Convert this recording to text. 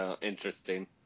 interesting